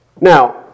Now